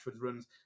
runs